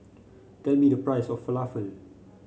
tell me the price of Falafel